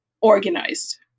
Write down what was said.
organized